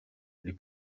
les